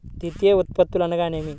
ద్వితీయ ఉత్పత్తులు అనగా నేమి?